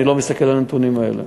אני לא מסתכל על הנתונים האלה.